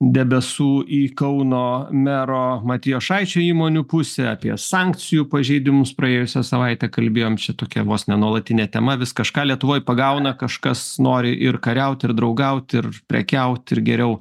debesų į kauno mero matijošaičio įmonių pusę apie sankcijų pažeidimus praėjusią savaitę kalbėjom čia tokia vos ne nuolatinė tema vis kažką lietuvoj pagauna kažkas nori ir kariaut ir draugaut ir prekiaut ir geriau